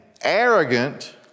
arrogant